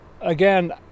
Again